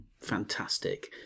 fantastic